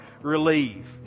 relieve